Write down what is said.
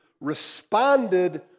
responded